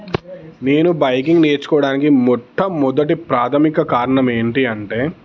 నేను బైకింగ్ నేర్చుకోవడానికి మొట్టమొదటి ప్రాథమిక కారణం ఏమిటి అంటే